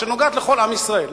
שנוגעת לכל עם ישראל,